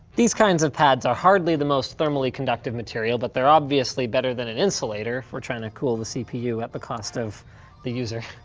these kinds of pads are hardly the most thermally conductive material but they're obviously better than an insulator if we're trying to cool the cpu at the cost of the user.